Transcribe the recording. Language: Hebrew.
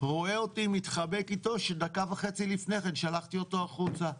רואים אותי מתחבק אתו כאשר דקה וחצי לפני כן שלחתי אותו החוצה.